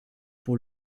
pour